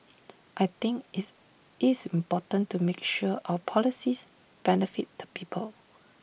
I think is isn't important to make sure our policies benefit the people